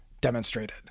demonstrated